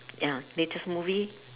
ya latest movie